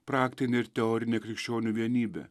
praktinė ir teorinė krikščionių vienybė